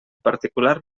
particular